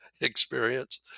experience